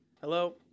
Hello